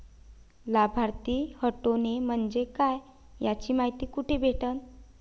लाभार्थी हटोने म्हंजे काय याची मायती कुठी भेटन?